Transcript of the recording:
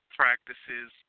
practices